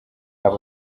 aba